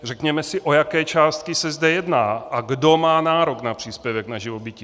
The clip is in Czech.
Řekněme si, o jaké částky se zde jedná a kdo má nárok na příspěvek na živobytí.